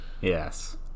Yes